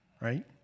right